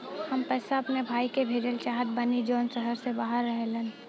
हम पैसा अपने भाई के भेजल चाहत बानी जौन शहर से बाहर रहेलन